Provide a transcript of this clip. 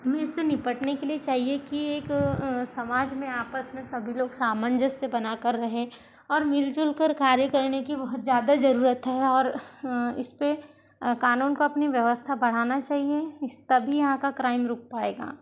हमें इससे निपटने के लिए चाहिए कि एक समाज में आपस में सभी लोग सामंजस्य बनाकर रहें और मिल जुल कर कार्य करने की बहुत ज़्यादा ज़रूरत है और इसपे कानून को अपनी व्यवस्था बनाना चाहिए तभी यहाँ का क्राइम रुक पाएगा